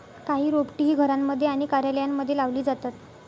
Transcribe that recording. काही रोपटे ही घरांमध्ये आणि कार्यालयांमध्ये लावली जातात